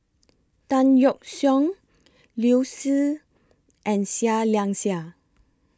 Tan Yeok Seong Liu Si and Seah Liang Seah